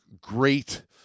great